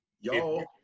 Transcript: Y'all